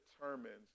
determines